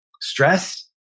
stress